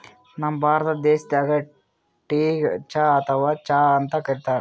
ನಮ್ ಭಾರತ ದೇಶದಾಗ್ ಟೀಗ್ ಚಾ ಅಥವಾ ಚಹಾ ಅಂತ್ ಕರಿತಾರ್